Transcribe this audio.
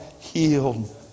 healed